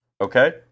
Okay